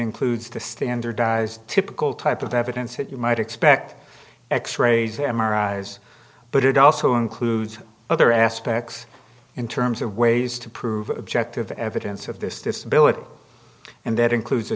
includes the standardized typical type of evidence that you might expect x rays them arise but it also includes other aspects in terms of ways to prove objective evidence of this disability and that includes the